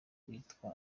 witwa